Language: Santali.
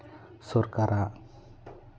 ᱥᱚᱨᱠᱟᱨᱟᱜ